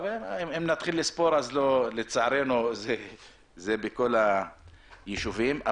שאם נספור אז לצערנו זה בכל הישובים.